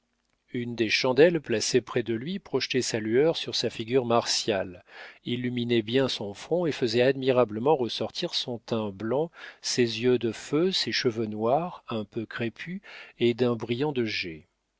une des chandelles placée près de lui projetait sa lueur sur sa figure martiale illuminait bien son front et faisait admirablement ressortir son teint blanc ses yeux de feu ses cheveux noirs un peu crépus et d'un brillant de